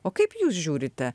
o kaip jūs žiūrite